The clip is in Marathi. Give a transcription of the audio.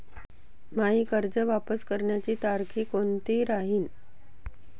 मायी कर्ज वापस करण्याची तारखी कोनती राहीन?